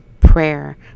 prayer